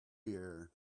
year